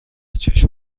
چشم